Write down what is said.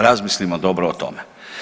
Razmislimo dobro o tome.